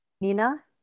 Nina